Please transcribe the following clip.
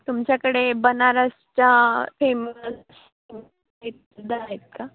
तुमच्याकडे बनारसच्या फेमस सुद्धा आहेत का